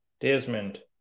Desmond